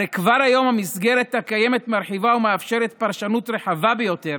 הרי כבר היום המסגרת הקיימת מרחיבה ומאפשרת פרשנות רחבה ביותר,